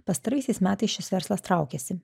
pastaraisiais metais šis verslas traukiasi